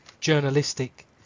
journalistic